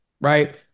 right